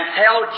tell